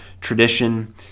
tradition